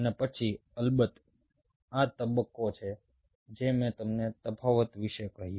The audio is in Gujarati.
અને પછી અલબત્ત આ તે તબક્કો છે જે મેં તમને તફાવત વિશે કહ્યું